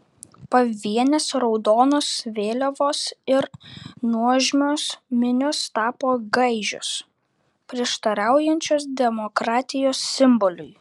pavienės raudonos vėliavos ir nuožmios minios tapo gaižios prieštaraujančios demokratijos simboliui